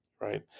right